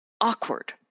Awkward